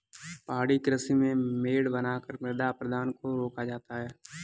पहाड़ी कृषि में मेड़ बनाकर मृदा अपरदन को रोका जाता है